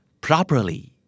Properly